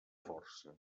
força